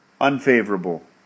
Unfavorable